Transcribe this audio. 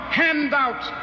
handouts